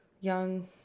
young